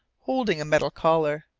holding a metal collar.